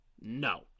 no